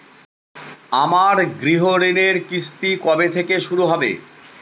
আমার গৃহঋণের কিস্তি কবে থেকে শুরু হবে?